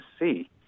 see